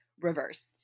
reversed